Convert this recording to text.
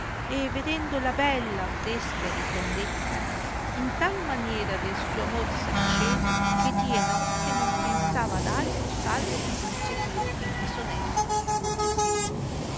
e vedendola bella fresca e ritondetta in tal maniera del suo amor s accese che dì e notte non pensava ad altro salvo eh a conseguir il disonesto suo desire